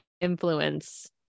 influence